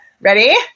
ready